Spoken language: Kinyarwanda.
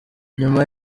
nyuma